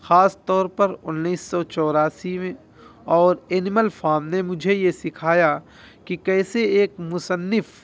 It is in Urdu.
خاص طور پر انیس سو چوراسی میں اور انمل فارم نے مجھے یہ سکھایا کہ کیسے ایک مصنف